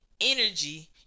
energy